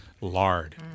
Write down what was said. lard